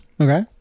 Okay